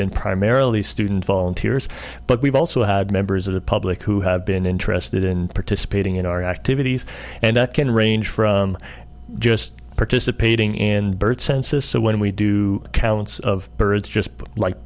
been primarily student volunteers but we've also had members of the public who have been interested in participating in our activities and that can range from just participating in birth census so when we do counts of birds just like